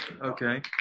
okay